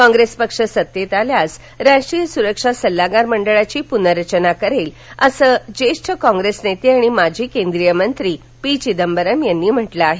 कॉप्रेस पक्ष सत्तेत आल्यास राष्ट्रीय सुरक्षा सल्लागार मंडळाची पूनरंचना करेल असं ज्येष्ठ कॉंग्रेस नेते आणि माजी केंद्रीयमंत्री पी चिदंबरम यांनी म्हटलं आहे